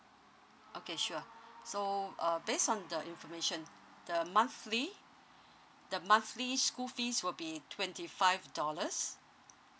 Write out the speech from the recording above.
okay sure so uh based on the information the monthly the monthly school fees will be twenty five dollars